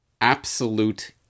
Absolute